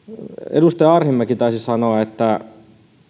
edustaja arhinmäki taisi sanoa että